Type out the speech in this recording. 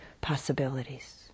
possibilities